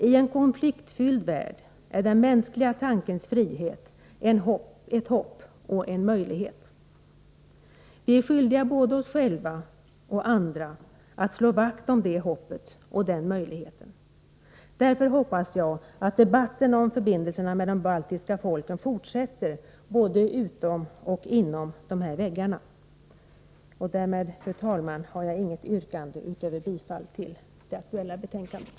I en konfliktfylld värld innebär den mänskliga tankens frihet ett hopp och en möjlighet. Vi är skyldiga både oss själva och andra att slå vakt om det hoppet och den möjligheten. Därför hoppas jag att debatten om förbindelserna med de baltiska folken fortsätter både utom och inom dessa väggar. Fru talman! Jag har inget annat yrkande än om bifall till hemställan i det aktuella betänkandet.